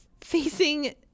facing